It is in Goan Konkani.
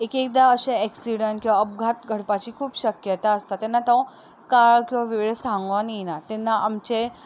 एकएकदां अशे एक्सिडेंट किंवां अपघात घडपाची खूब शक्यता आसता तेन्ना तो काळ किंवां वेळ सांगून येयना तेन्ना आमचे